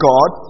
God